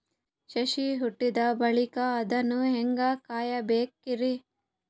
ಸಸಿ ಹುಟ್ಟಿದ ಬಳಿಕ ಅದನ್ನು ಹೇಂಗ ಕಾಯಬೇಕಿರಿ?